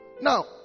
now